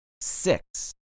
six